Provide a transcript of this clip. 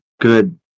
good